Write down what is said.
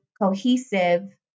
cohesive